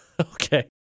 Okay